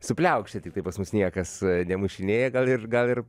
su pliaukše tiktai pas mus niekas nemušinėja gal ir gal ir